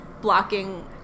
blocking